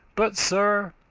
but, sir,